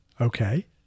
Okay